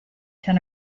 ten